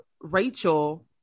Rachel